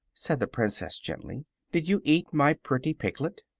said the princess, gently did you eat my pretty piglet?